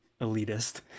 elitist